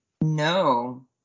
No